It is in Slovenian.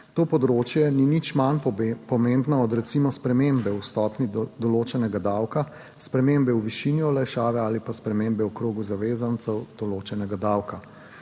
To področje ni nič manj pomembno od recimo spremembe v stopnji do določenega davka, spremembe v višini olajšave ali pa spremembe v krogu zavezancev določenega davka.